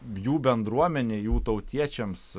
jų bendruomenei jų tautiečiams